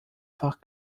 fach